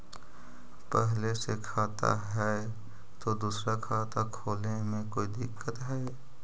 पहले से खाता है तो दूसरा खाता खोले में कोई दिक्कत है?